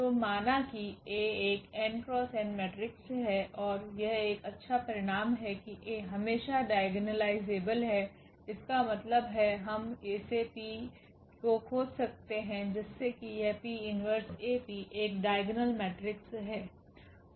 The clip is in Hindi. तो माना कि A एक n×n मेट्रिक्स है और यह एक अच्छा परिणाम है कि A हमेशा डायगोनालायजेबल है इसका मतलब है हम ऐसे P को खोज सकते हैं जिससे कि यह 𝑃−1𝐴𝑃 एक डाइगोनल मेट्रिक्स है